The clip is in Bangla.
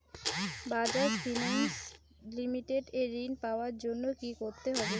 বাজাজ ফিনান্স লিমিটেড এ ঋন পাওয়ার জন্য কি করতে হবে?